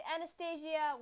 Anastasia